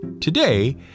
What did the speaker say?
today